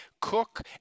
Cook